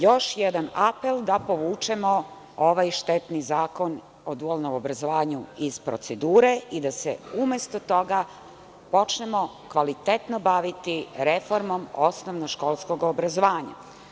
Još jedan apel da povučemo ovaj štetni zakon o dualnom obrazovanju iz procedure i da se umesto toga počnemo kvalitetno baviti reformom osnovno-školskog obrazovanja.